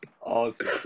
Awesome